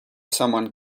someone